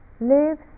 live